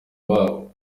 babo